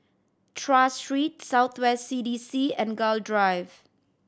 Tras Street South West C D C and Gul Drive